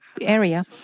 area